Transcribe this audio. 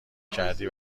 کردی